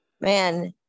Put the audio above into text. man